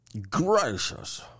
Gracious